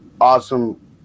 awesome